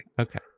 Okay